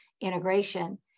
integration